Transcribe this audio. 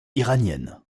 iranienne